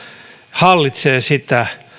hallitsee sitä